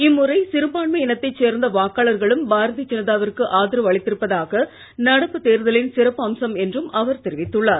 இம்முறைசிறுபான்மையினத்தைசேர்ந்தவாக்காளர்களும்பாரதீயஜனதாவி ற்குஆதரவுஅளித்திருப்பதாக நடப்புதேர்தலின்சிறப்புஅம்சம்என்றும்அவர்தெரிவித்துள்ளார்